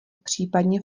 případně